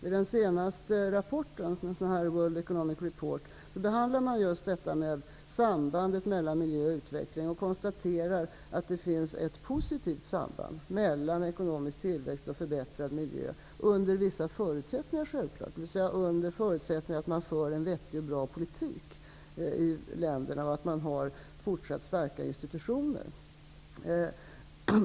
I den senaste rapporten, World Economic Report, behandlar man just sambandet mellan miljö och utveckling och konstaterar att det finns ett positivt samband mellan ekonomisk tillväxt och förbättrad miljö. Självfallet under förutsättning att man för en vettig och bra politik i länderna och att man har fortsatt starka institutioner.